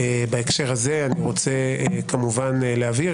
בהקשר הזה אני רוצה כמובן להבהיר,